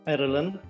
Ireland